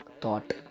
thought